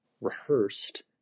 rehearsed